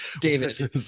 David